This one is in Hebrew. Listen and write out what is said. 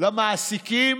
למעסיקים